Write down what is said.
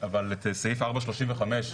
את סעיף 4 35,